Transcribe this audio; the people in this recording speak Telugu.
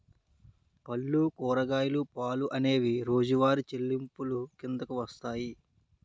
పళ్ళు కూరగాయలు పాలు అనేవి రోజువారి చెల్లింపులు కిందకు వస్తాయి